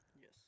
Yes